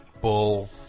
bull